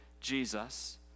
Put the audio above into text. jesus